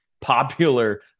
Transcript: popular